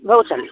हो चालेल